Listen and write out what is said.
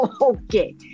Okay